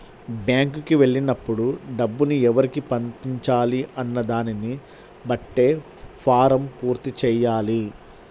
బ్యేంకుకి వెళ్ళినప్పుడు డబ్బుని ఎవరికి పంపించాలి అన్న దానిని బట్టే ఫారమ్ పూర్తి చెయ్యాలి